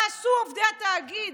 מה עשו עובדי התאגיד?